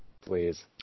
Please